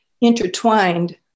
intertwined